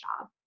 job